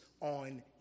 on